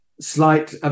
slight